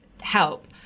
help